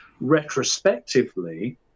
retrospectively